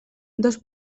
dos